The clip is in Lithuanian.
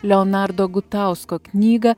leonardo gutausko knygą